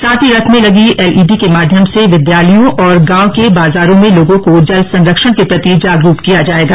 साथ ही रथ में लगी एलईडी के माध्यम से विद्यालयों और गांव के बाजारों में लोगों को जल सरंक्षण के प्रति जागरुक किया जाएगा